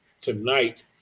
tonight